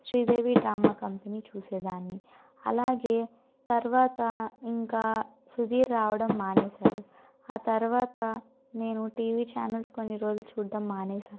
Sridevi drama company చూసేదాన్ని అలాగే తరువాత ఇంకా సుధీర్ రావడం మానేసాడు ఆ తరువాత నేను టీవీ ఛానెల్స్ కొన్ని రోజులు చూడడం మానేసా